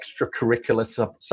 extracurricular